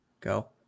Go